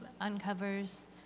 uncovers